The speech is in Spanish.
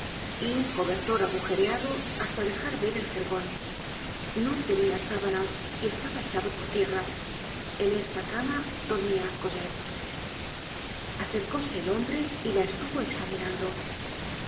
y un cobertor agujereado hasta dejar ver el jergon no tenia sábanas y estaba echado por tierra en esta cama dormia cosette acercóse el hombre y la estuvo examinando